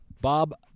Bob